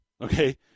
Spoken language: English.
okay